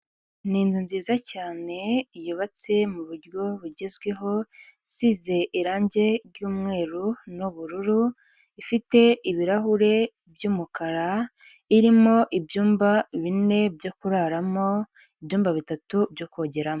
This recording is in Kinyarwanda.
Ni inzu nziza cyane yubatse mu buryo bugezweho, isize irangi ry'umweru n'ubururu, ifite ibirahure by'umukara irimo ibyumba bine byo kuraramo, ibyumba bitatu byo kogeramo.